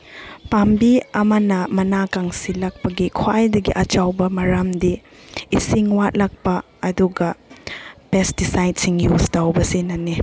ꯄꯥꯝꯕꯤ ꯑꯃꯅ ꯃꯅꯥ ꯀꯪꯁꯤꯜꯂꯛꯄꯒꯤ ꯈ꯭ꯋꯥꯏꯗꯒꯤ ꯑꯆꯧꯕ ꯃꯔꯝꯗꯤ ꯏꯁꯤꯡ ꯋꯥꯠꯂꯛꯄ ꯑꯗꯨꯒ ꯄꯦꯁꯇꯤꯁꯥꯏꯠꯁꯤꯡ ꯌꯨꯁ ꯇꯧꯕꯁꯤꯅꯅꯤ